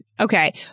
Okay